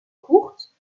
courtes